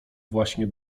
właśnie